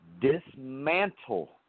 dismantle